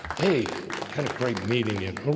hey had a great meeting in oh,